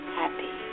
happy